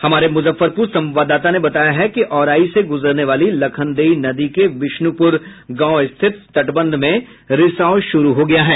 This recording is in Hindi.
हमारे मुजफ्फरपुर संवाददाता ने बताया है कि औराई से गुजरने वाली लखनदई नदी के बिशनपुर गांव स्थित तटबंध में रिसाव शुरू हो गया है